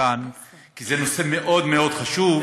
כי זה נושא מאוד מאוד חשוב.